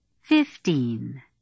Fifteen